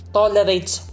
tolerates